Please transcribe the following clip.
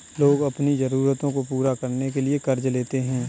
लोग अपनी ज़रूरतों को पूरा करने के लिए क़र्ज़ लेते है